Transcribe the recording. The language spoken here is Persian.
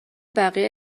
بقیه